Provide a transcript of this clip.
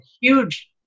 huge